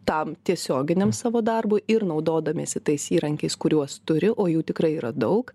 tam tiesioginiam savo darbui ir naudodamiesi tais įrankiais kuriuos turi o jų tikrai yra daug